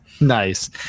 Nice